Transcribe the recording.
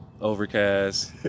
overcast